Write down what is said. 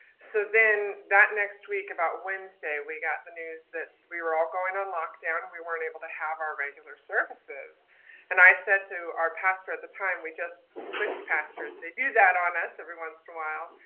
so then that next week about wednesday, we got the news that we were all going on lockdown and we weren't able to have our regular services and i said to our pastor at the time we just switched pastors, they do that on us every once in a while.